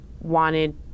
wanted